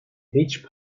each